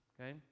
okay